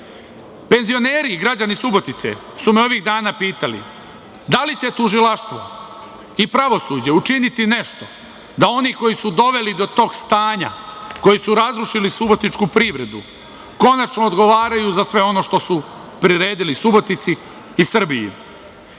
razorena. Penzioneri i građani Subotice su me ovih dana pitali da li će tužilaštvo i pravosuđe učiniti nešto da oni koji su doveli do tog stanja, koji su razrušili subotičku privredu, konačno odgovaraju za sve ono što su priredili Subotici i Srbiji. Kakvu